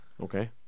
Okay